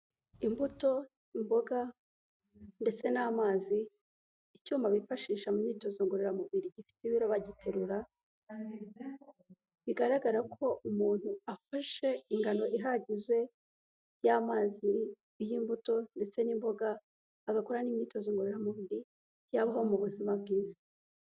Imbuto, imboga ndetse n'amazi, Icyuma bifashisha mu myitozo ngororamubiri gifite ibiro bagiterura, bigaragara ko umuntu afashe ingano ihagije y'amazi y'imbuto ndetse n'imboga agakora n'imyitozo ngororamubiri yabaho mu buzima bwiza.